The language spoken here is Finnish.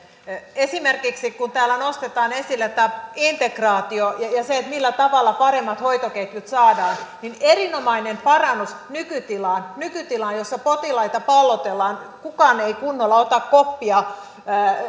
esimerkiksi kun täällä nostetaan esille tämä integraatio ja se millä tavalla paremmat hoitoketjut saadaan niin erinomainen parannus nykytilaan nykytilaan jossa potilaita pallotellaan kukaan ei kunnolla ota koppia